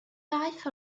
daeth